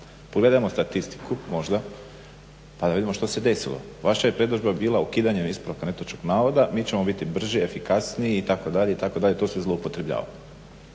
Pogledajmo statistiku, možda pa da vidimo što se desilo. Vaša je predodžba bila ukidanje ispravka netočnog navoda, mi ćemo biti brži, efikasniji itd., itd., to se zloupotrjebljava.